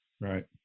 Right